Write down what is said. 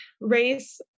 race